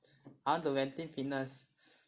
I want to maintain fitness